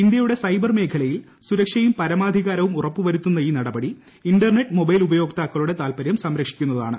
ഇന്ത്യയുടെ സൈബർ മേഖ്ലൂയിൽ സുരക്ഷയും പരമാധികാരവും ഉറപ്പുവരുത്തുന്ന ഈ ക്ട്ടപ്ടി ഇന്റർനെറ്റ് മൊബൈൽ ഉപയോക്താക്കളുടെ താൽപ്പര്യം സംരക്ഷിക്കുന്നതാണ്